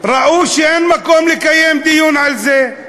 ראו שאין מקום לקיים דיון על זה.